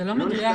זה לא מדויק.